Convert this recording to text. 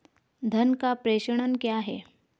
धन का प्रेषण क्या है?